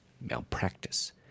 malpractice